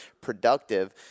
productive